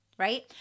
Right